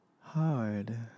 hard